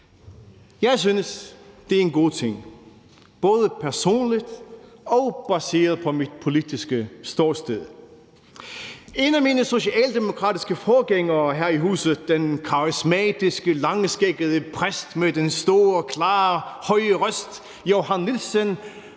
Jeg synes, det er en god ting, både personligt og baseret på mit politiske ståsted. En af mine socialdemokratiske forgængere her i huset, den karismatiske og langskæggede præst med den klare høje røst, Johan Nielsen,